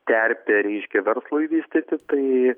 terpė reiškia verslui vystyti tai